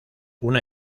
una